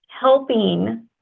helping